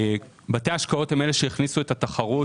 בתי ההשקעות הן אלה שהכניסו את התחרות